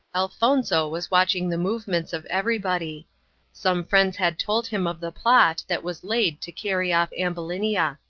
elfonzo was watching the movements of everybody some friends had told him of the plot that was laid to carry off ambulinia.